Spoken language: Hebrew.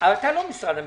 אתה לא משרד המשפטים.